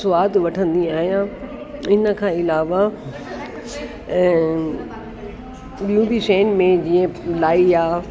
सवादु वठंदी आहियां इन खां इलावा ऐं ॿियूं बि शयुनि में जीअं लाई आहे